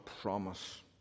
promise